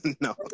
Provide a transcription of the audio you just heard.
No